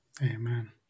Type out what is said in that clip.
Amen